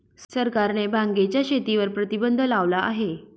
सरकारने भांगेच्या शेतीवर प्रतिबंध लावला आहे